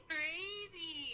Crazy